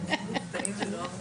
עובר לחקיקתו של החוק הזה.